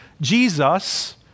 Jesus